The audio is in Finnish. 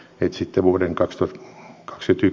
etsitty vuoden jaksot kaksi